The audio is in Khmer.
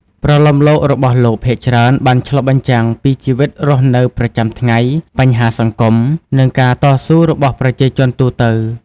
ប្រលោមលោករបស់លោកភាគច្រើនបានឆ្លុះបញ្ចាំងពីជីវិតរស់នៅប្រចាំថ្ងៃ បញ្ហាសង្គម និងការតស៊ូរបស់ប្រជាជនទូទៅ។